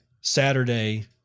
Saturday